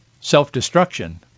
Self-destruction